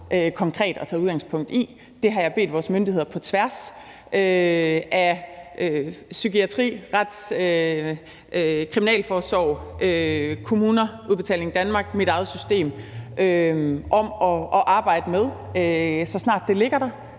konkret at tage udgangspunkt i. Det har jeg bedt vores myndigheder på tværs af psykiatri, kriminalforsorg, kommuner, Udbetaling Danmark og mit eget system om at arbejde på. Så snart det foreligger –